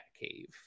cave